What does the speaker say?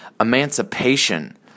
emancipation